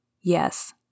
Yes